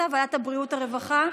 לוועדת הבריאות והרווחה?